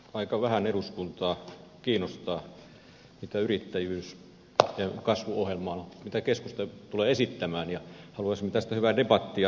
aika vähän eduskuntaa kiinnostaa yrittäjyyden kasvuohjelma jota keskusta tulee esittämään ja haluaisimme tästä hyvää debattia saada aikaiseksi